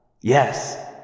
Yes